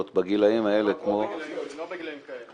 בגילאים האלה כמו --- לא בגילאים כאלה.